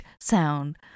sound